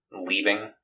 leaving